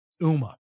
UMA